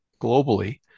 globally